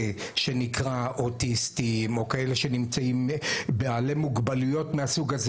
שנקרא אוטיסטים או בעלי מוגבלויות מהסוג הזה.